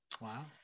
Wow